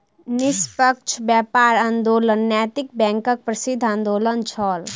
निष्पक्ष व्यापार आंदोलन नैतिक बैंकक प्रसिद्ध आंदोलन छल